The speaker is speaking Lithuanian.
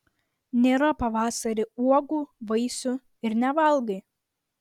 nėra pavasarį uogų vaisių ir nevalgai